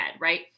right